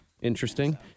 Interesting